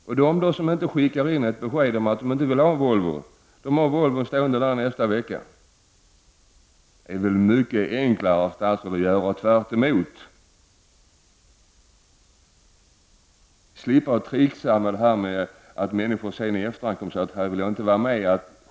De medlemmar som inte skickar in ett besked om att de inte vill ha en Volvo får automatiskt en Volvo följande vecka. Herr statsråd, det är väl mycket enklare att göra tvärtom, så att man slipper hålla på att trixa att människor i efterhand kommer och säger att de inte vill vara med.